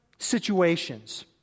situations